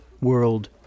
world